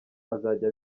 azajya